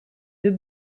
deux